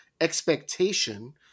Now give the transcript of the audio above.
expectation